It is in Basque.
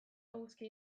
eguzki